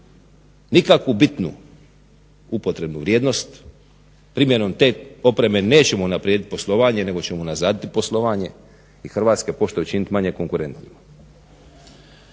nikakvu bitnu upotrebnu vrijednost, primjenom te opreme nećemo unaprijediti poslovanje nego ćemo unazaditi poslovanje i Hrvatske pošte učiniti manje konkurentnim.